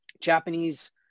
Japanese